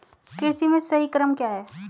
कृषि में सही क्रम क्या है?